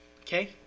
Okay